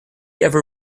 ever